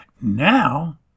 Now